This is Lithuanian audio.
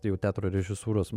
jau teatro režisūros